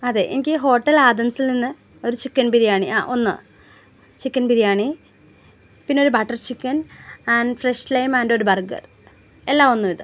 അതെ എനിക്ക് ഹോട്ടൽ ആദംസിൽ നിന്ന് ഒരു ചിക്കൻ ബിരിയാണി ആ ഒന്ന് ചിക്കൻ ബിരിയാണി പിന്നൊരു butter chicken and fresh lime ആൻറ്റൊരു ബർഗർ എല്ലാം ഒന്ന് വീതം